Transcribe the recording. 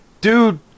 dude